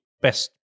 best